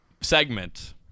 segment